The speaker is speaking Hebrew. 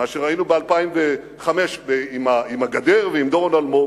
מה שראינו ב-2005 עם הגדר ועם דורון אלמוג,